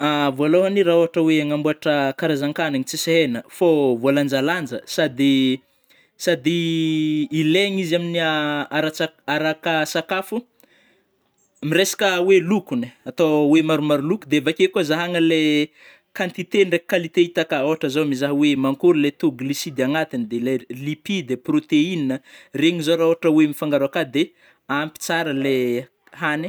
Vôlohany ra ôhatra oe hagnamboatra karazankanigny tsisy hena fô voalanjalanja sady sady ilaigny izy am a aratsa- araka sakafo, miresaka oe lokony atao hoe maromaro lokony de avakeo koa zahagna le quantité ndraiky qualité hita akao, ôhatra zao mizaha oe mankôry le taux glucide agnatiny de lay lipide, protéina regny zao rah ôhatra oe mifangaro akao de ampy tsara le hagny.